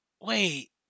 Wait